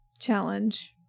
challenge